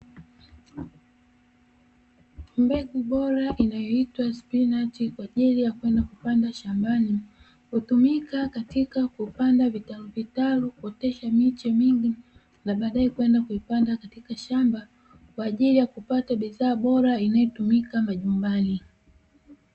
Mbegu bora inayoitwa spinachi kwa ajili ya kwenda kupanda shambani, hutumika katika kupanda vitalu vitalu kuotesha miche mingi na baadae kwenda kuipanda katika shamba kwa ajili ya kupata bidhaa bora inayotumika majumbani.